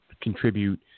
contribute